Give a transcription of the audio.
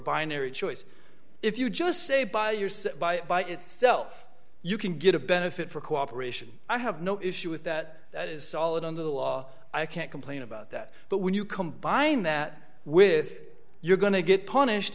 binary choice if you just say by yourself by by itself you can get a benefit for cooperation i have no issue with that that is solid under the law i can't complain about that but when you combine that with you're going to get punished